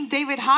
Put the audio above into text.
David